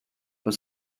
but